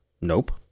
Nope